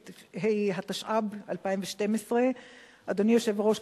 התשע"ב 2012. אדוני היושב-ראש,